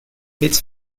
its